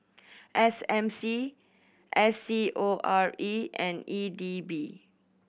S M C S C O R E and E D B